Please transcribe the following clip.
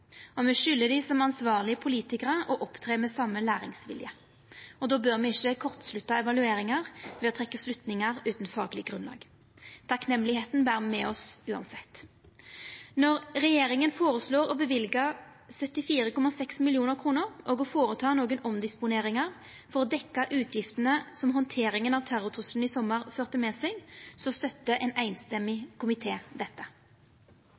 som ansvarlege politikarar å opptre med same læringsvilje. Då bør me ikkje kortslutta evalueringa ved å trekkja slutningar utan fagleg grunnlag. Takknemlegheita ber me med oss uansett. Når regjeringa foreslår å løyva 74,6 mill. kr og å gjera nokre omdisponeringar for å dekkja utgiftene som handteringa av terrortrusselen i sommar førte med seg, støttar ein samrøystes komité dette.